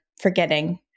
forgetting